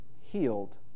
healed